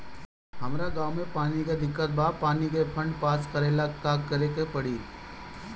हमरा गॉव मे पानी के दिक्कत बा पानी के फोन्ड पास करेला का करे के पड़ी?